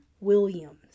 Williams